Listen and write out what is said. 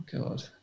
God